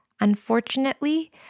Unfortunately